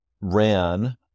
ran